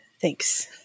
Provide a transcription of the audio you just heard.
Thanks